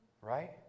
Right